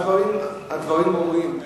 הדברים ברורים.